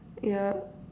yup